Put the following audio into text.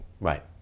Right